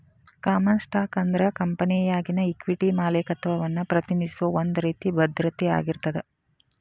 common stock ಅಂದ್ರ ಕಂಪೆನಿಯಾಗಿನ equity ಮಾಲೇಕತ್ವವನ್ನ ಪ್ರತಿನಿಧಿಸೋ ಒಂದ್ ರೇತಿ ಭದ್ರತೆ ಆಗಿರ್ತದ